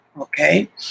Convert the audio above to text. Okay